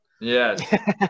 yes